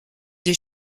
des